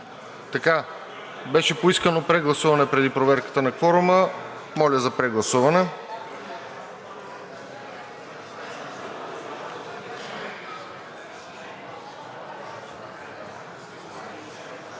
Беше поискано прегласуване преди проверката на кворума. Моля за прегласуване.